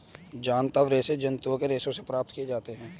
जांतव रेशे जंतुओं के रेशों से प्राप्त किया जाता है